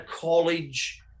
college